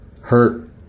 hurt